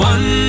One